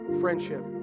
friendship